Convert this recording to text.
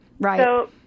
Right